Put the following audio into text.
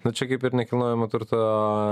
nu čia kaip ir nekilnojamo turto